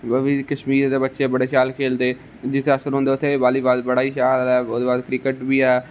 ओह् बी कश्मीर दे बच्चे बड़े शैल खेलदे जित्थै अस रौंहदे उत्थै बालीबाल बड़ा गै शैल लगदा ओहदे बाद क्रिकट बी ऐ